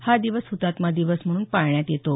हा दिवस हतात्मा दिवस म्हणून पाळण्यात येतो